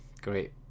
Great